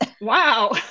Wow